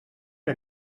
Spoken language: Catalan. que